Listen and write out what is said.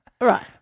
Right